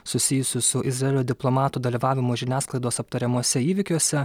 susijusių su izraelio diplomatų dalyvavimu žiniasklaidos aptariamuose įvykiuose